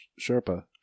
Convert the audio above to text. Sherpa